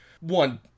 one